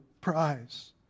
prize